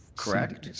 correct?